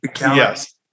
yes